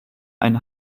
ein